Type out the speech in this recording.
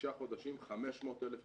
בשישה חודשים 500,000 חיילים.